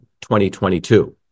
2022